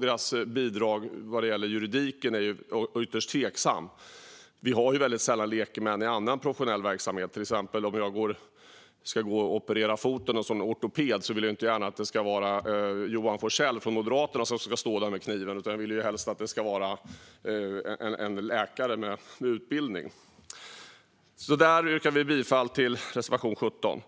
Deras bidrag vad gäller juridiken är ytterst tveksamt. Vi har ju väldigt sällan lekmän i annan professionell verksamhet. Om jag till exempel ska operera foten hos en ortoped vill jag inte gärna att det är Johan Forssell från Moderaterna som står där med kniven, utan jag vill helst att det ska vara en läkare med utbildning. Där yrkar vi alltså bifall till reservation 17.